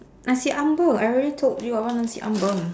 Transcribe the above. nasi ambeng I already told you I want nasi ambeng